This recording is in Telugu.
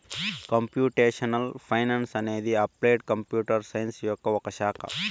కంప్యూటేషనల్ ఫైనాన్స్ అనేది అప్లైడ్ కంప్యూటర్ సైన్స్ యొక్క ఒక శాఖ